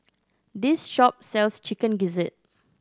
this shop sells Chicken Gizzard